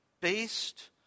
based